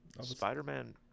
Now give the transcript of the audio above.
Spider-Man